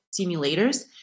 simulators